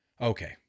Okay